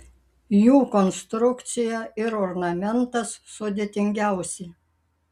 jų konstrukcija ir ornamentas sudėtingiausi